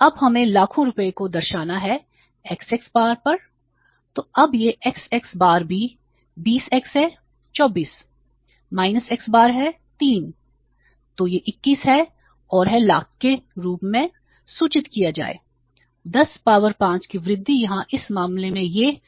अब हमें लाखों रुपयों को दर्शाना है x x बार पर तो अब यह x x बार भी 20x है 24 x बार है 3 तो यह 21 है और है लाख के रूप में सूचित किया जाए 10 पावर 5 की वृद्धि यहाँ इस मामले में यह